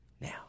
Now